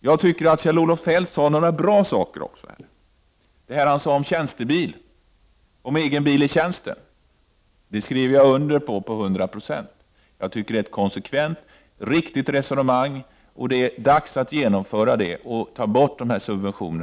Jag tycker att Kjell-Olof Feldt även sade några bra saker, t.ex. det han sade om tjänstebil och egen bil i tjänsten. Det skriver jag under på till 100 96. Det är ett konsekvent och riktigt resonemang, och det är nu dags att ta bort dessa subventioner.